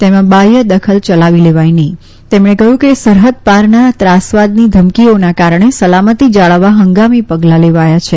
તેમાં બાહ્ય દખલ ચલાવી લેવાય નફી તેમણે કહયું કે સરહદ પારના ત્રાસવાદની ધમકીઓના કારણે સલામતી જાળવવા હંગામી પગલાં લેવાયા છે